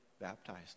baptized